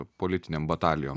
politinėms batalijoms